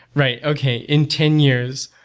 right. okay. in ten years.